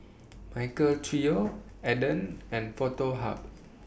Michael Trio Aden and Foto Hub